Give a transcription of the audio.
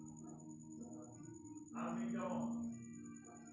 कृषि विपणन द्वारा उद्योग धंधा मे भी बिकास होलो छै